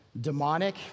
demonic